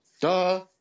Duh